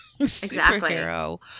superhero